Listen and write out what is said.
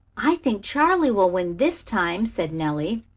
i think charley will win this time, said nellie.